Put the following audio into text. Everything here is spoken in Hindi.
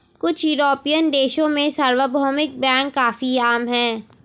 कुछ युरोपियन देशों में सार्वभौमिक बैंक काफी आम हैं